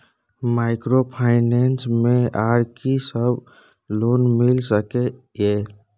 Microfinance मे आर की सब लोन मिल सके ये?